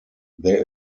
there